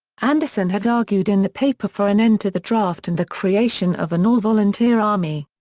anderson had argued in the paper for an end to the draft and the creation of an all-volunteer army.